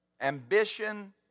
Ambition